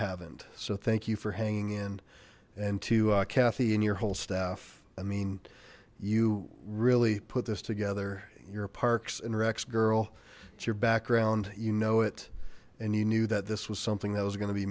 haven't so thank you for hanging in and to kathy and your whole staff i mean you really put this together your parks and recs girl it's your background you know it and you knew that this was something that was going to be